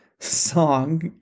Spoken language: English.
song